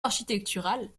architectural